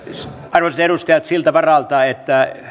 arvoisat edustajat siltä varalta